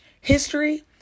history